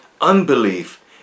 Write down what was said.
Unbelief